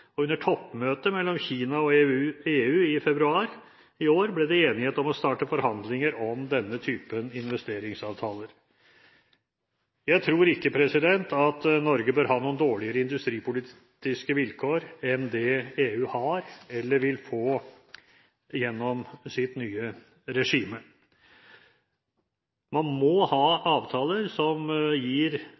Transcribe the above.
og under toppmøtet mellom Kina og EU i februar i år ble det enighet om å starte forhandlinger om denne typen investeringsavtaler. Jeg tror ikke at Norge bør ha industripolitiske vilkår som er dårligere enn det EU har eller vil få gjennom sitt nye regime. Man må ha avtaler som gir